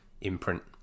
imprint